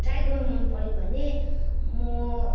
try गर्नु मन पर्यो भने म